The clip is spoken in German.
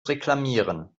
reklamieren